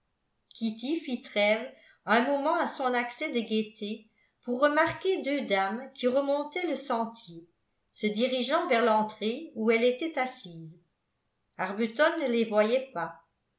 kitty fit trève un moment à son accès de gaieté pour remarquer deux dames qui remontaient le sentier se dirigeant vers l'entrée où elle était assise arbuton ne les voyait pas